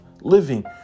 living